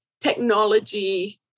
technology